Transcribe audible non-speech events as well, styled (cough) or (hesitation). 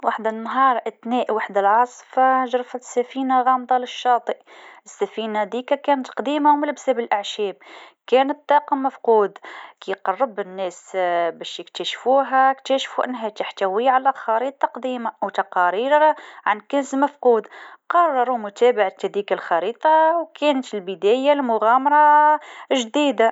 فما نهار أثناء العاصفهم (hesitation) تجرفت سفينه غامضه للشاطئ، السفينه هذيكا كانت قديمه وملبسه بالأعشاب، كان الطاقم مفقود، كيف قربو الناسم (hesitation) باش يكتشفوهام، (hesitation) اكتشفو انها تحتوي على خريطه قديمه وتقارير عن كنز مفقود، قرروا متابعة الخريطه هذيكام، (hesitation) كانت البدايه المغامره (hesitation) جديده.